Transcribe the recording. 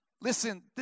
Listen